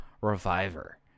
reviver